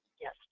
Yes